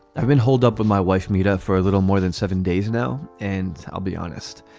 i've been holed up with my wife meeta for a little more than seven days now. and i'll be honest,